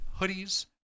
hoodies